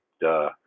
duh